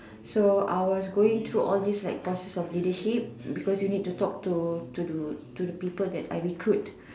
so I was going through all these like courses of leadership because you need to talk to to to to to the people that I recruit